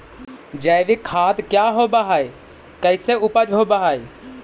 जैविक खाद क्या होब हाय कैसे उपज हो ब्हाय?